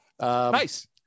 Nice